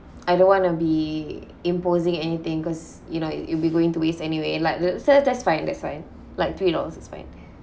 I don't want to be imposing anything cause you know it it'll be going to waste anyway like that~ that's fine that's fine like three dollars is fine